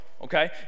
okay